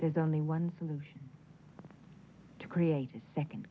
there's only one solution to create a second